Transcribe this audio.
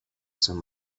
some